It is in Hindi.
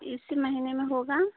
इसी महीने में होगा